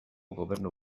gobernu